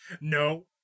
No